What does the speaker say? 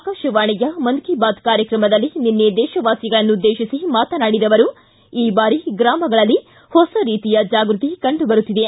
ಆಕಾಶವಾಣಿಯ ಮನ್ ಕಿ ಬಾತ್ ಕಾರ್ಯಕ್ರಮದಲ್ಲಿ ನಿನ್ನೆ ದೇಶವಾಸಿಗಳನ್ನು ಉದ್ದೇಶಿಸಿ ಮಾತನಾಡಿದ ಅವರು ಈ ಬಾರಿ ಗ್ರಾಮಗಳಲ್ಲಿ ಹೊಸ ರೀತಿಯ ಜಾಗ್ಬತಿ ಕಂಡು ಬರುತ್ತಿದೆ